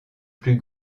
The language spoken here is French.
plus